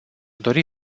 dori